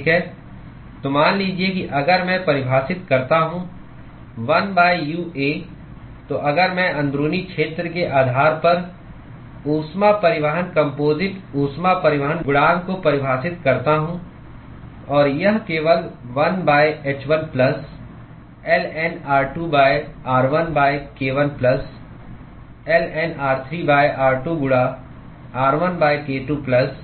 ठीक है तो मान लीजिए कि अगर मैं परिभाषित करता हूं 1 UA तो अगर मैं अंदरूनी क्षेत्र के आधार पर ऊष्मा परिवहन कम्पोजिट ऊष्मा परिवहन गुणांक को परिभाषित करता हूं और वह केवल 1 h 1 plus ln r2 r1 k1 plus ln r3 r2 गुणा r1 k2 प्लस